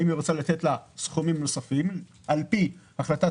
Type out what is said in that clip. האם היא רוצה לתת לה סכומים נוספים על פי החלטת